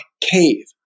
cave